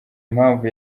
impamvu